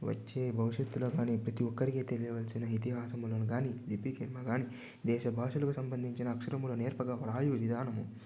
వచ్చే భవిష్యత్తులో కానీ ప్రతి ఒక్కరికి తెలియవలసిన ఇతిహారములను కాని లిపి కాని దేశ భాషలకు సంబంధించిన అక్షరముల నేర్పగా వ్రాయు విధానము